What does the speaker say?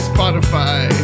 Spotify